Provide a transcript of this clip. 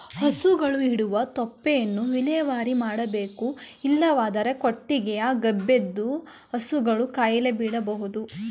ಹಸುಗಳು ಇಡುವ ತೊಪ್ಪೆಯನ್ನು ವಿಲೇವಾರಿ ಮಾಡಬೇಕು ಇಲ್ಲವಾದರೆ ಕೊಟ್ಟಿಗೆ ಗಬ್ಬೆದ್ದು ಹಸುಗಳು ಕಾಯಿಲೆ ಬೀಳಬೋದು